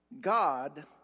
God